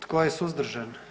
Tko je suzdržan?